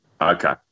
okay